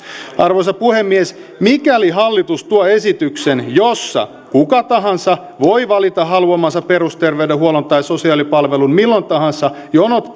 arvoisa puhemies mikäli hallitus tuo esityksen jossa kuka tahansa voi valita haluamansa perusterveydenhuollon tai sosiaalipalvelun milloin tahansa jonot